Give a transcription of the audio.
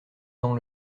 dans